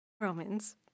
Romans